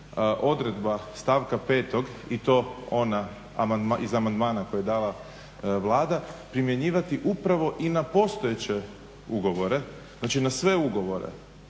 odredba stavka 5. i to ona iza amandmana koji je dala Vlada, primjenjivati upravo i na postojeće ugovore, znači na sve ugovore.